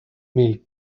milk